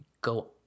go